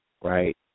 right